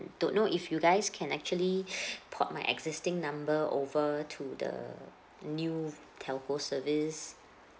don't know if you guys can actually port my existing number over to the new telco service